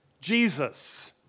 Jesus